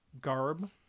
garb